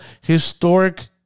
historic